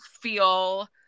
feel